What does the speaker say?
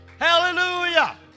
Hallelujah